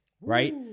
right